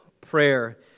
prayer